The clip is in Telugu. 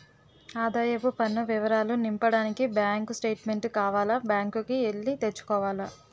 ఆదాయపు పన్ను వివరాలు నింపడానికి బ్యాంకు స్టేట్మెంటు కావాల బ్యాంకు కి ఎల్లి తెచ్చుకోవాల